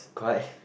correct